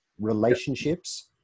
relationships